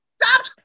Stop